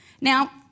Now